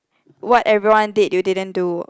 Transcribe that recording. what everyone did you didn't do